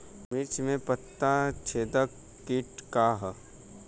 मिर्च में पता छेदक किट का है?